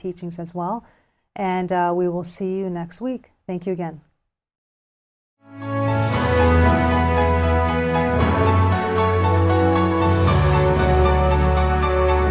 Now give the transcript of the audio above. teachings as well and we will see you next week thank you again